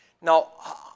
Now